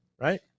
right